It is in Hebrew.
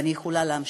ואני יכולה להמשיך.